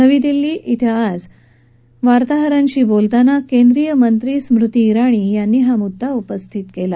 नवी दिल्ली आज वार्ताहरांशी बोलताना केंद्रीय मंत्री स्मृती जिाणी यांनी हा मुद्दा उपस्थित केला